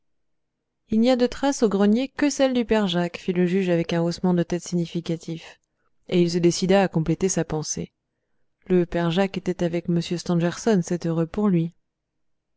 il n'y a de traces au grenier que celles du père jacques fit le juge avec un haussement de tête significatif et il se décida à compléter sa pensée le père jacques était avec m stangerson c'est heureux pour lui